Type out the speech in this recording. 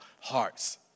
hearts